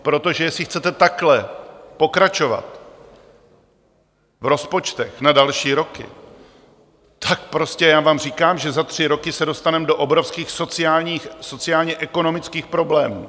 Protože jestli chcete takhle pokračovat v rozpočtech na další roky, tak prostě já vám říkám, že za tři roky se dostaneme do obrovských sociálních, sociálně ekonomických problémů.